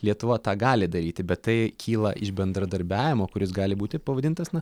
lietuva tą gali daryti bet tai kyla iš bendradarbiavimo kuris gali būti pavadintas na